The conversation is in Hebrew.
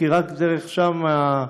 כי רק בדרך הזאת,